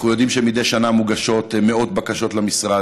אנחנו יודעים שמדי שנה מוגשות מאות בקשות למשרד,